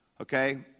okay